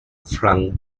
flung